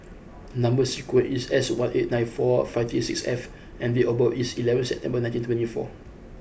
number sequence is S one eight nine four five three six F and date of birth is eleventh September nineteen twenty four